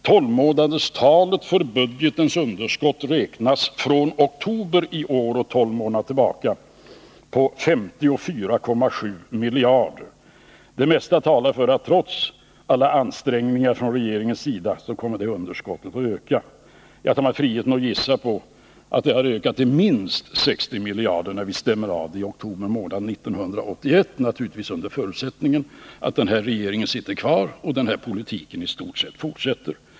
Tolvmånaderstalet för budgetens underskott räknat från oktober i år är 54,7 miljarder. Det mesta talar för att underskottet ökar, trots alla ansträngningar från regeringens sida. Jag tar mig friheten att gissa att det har ökat till minst 60 miljarder när vi stämmer av det i oktober månad 1981, naturligtvis under förutsättning att den nuvarande regeringen sitter kvar och att denna politik i stort sett fortsätter.